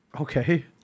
Okay